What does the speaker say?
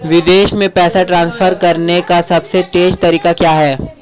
विदेश में पैसा ट्रांसफर करने का सबसे तेज़ तरीका क्या है?